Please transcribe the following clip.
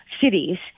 cities